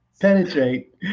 penetrate